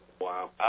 Wow